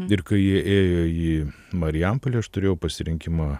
ir kai jie ėjo į marijampolę aš turėjau pasirinkimą